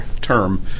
term